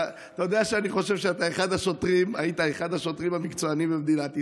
אתה יודע שאני חושב שהיית אחד השוטרים המקצוענים במדינת ישראל.